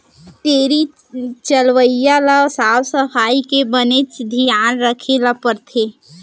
dairy चलवइया ल साफ सफई के बनेच धियान राखे ल परथे